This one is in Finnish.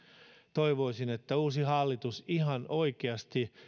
toivoisin että uusi hallitus ihan oikeasti